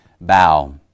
bow